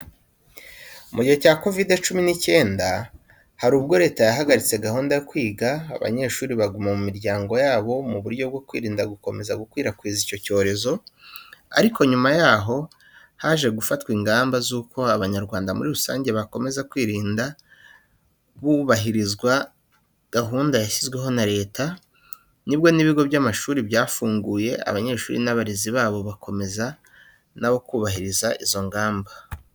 Mu gihe cya kovide cumi n'icyenda, hari ubwo Leta yahagaritse gahunda yo kwiga abanyeshuri baguma mu miryango yabo mu buryo bwo kwirinda gukomeza gukwirakwiza icyo cyorezo. Ariko nyuma yaho haje gufatwa ingamba z'uko Abanyarwanda muri rusange bakomeza kwirinda hubahirizwa gahunda zashyizweho na Leta, nibwo n'ibigo by'amashuri byafunguye abanyeshuri n'abarezi babo bakomeza na bo kubahiriza izo ngamba.